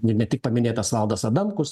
ir ne tik paminėtas valdas adamkus